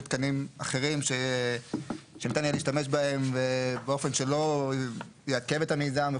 תקנים אחרים שניתן יהיה להשתמש בהם באופן שלא יעכב את המיזם,